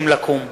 לקום.